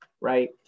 right